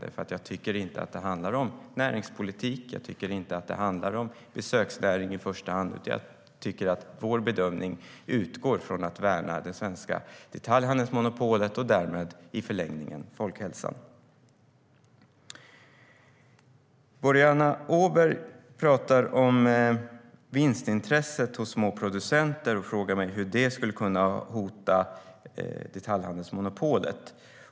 Jag tycker nämligen inte att det handlar om näringspolitik eller besöksnäring i första hand, utan vår bedömning utgår ifrån att värna det svenska detaljhandelsmonopolet och därmed i förlängningen folkhälsan. Boriana Åberg pratar om vinstintresset hos små producenter och frågar mig hur det skulle kunna hota detaljhandelsmonopolet.